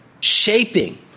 shaping